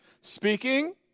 speaking